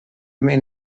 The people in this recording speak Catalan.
anirem